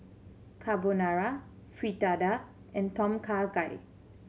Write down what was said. Carbonara Fritada and Tom Kha Gai